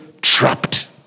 trapped